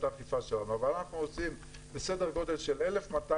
האכיפה שלנו אבל אנחנו עושים בסדר גודל של 1,200